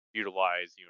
utilize